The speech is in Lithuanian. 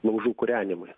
laužų kūrenimui